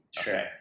Sure